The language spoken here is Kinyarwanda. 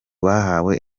bahawe